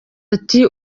ati